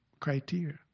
criteria